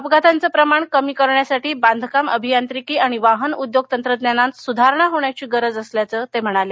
अपघातांचं प्रमाण कमी करण्यासाठी बांधकाम अभियांत्रिकी आणि वाहन उद्योग तंत्रज्ञानात सुधारणा होण्याची गरज असल्याचं गडकरी म्हणाले